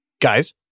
Guys